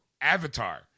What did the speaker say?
Avatar